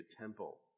temple